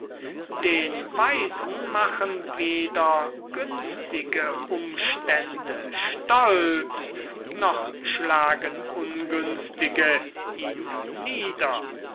den weisen machen weder günstige umstände stolz noch schlagen ungünstige ihn nieder